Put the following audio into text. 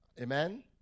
Amen